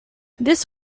this